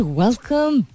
welcome